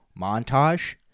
montage